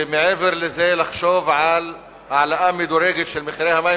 ומעבר לזה לחשוב על העלאה מדורגת של מחירי המים,